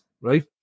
Right